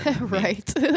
right